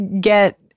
get